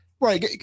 right